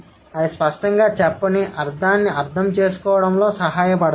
అవి స్పష్టంగా చెప్పని అర్థాన్ని అర్థం చేసుకోవడంలో సహాయపడతాయి